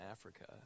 Africa